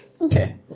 Okay